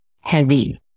heavy